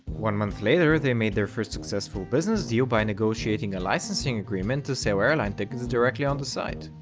one month later they made their first successful business deal by negotiating a licensing agreement to sell airline tickets directly on the site.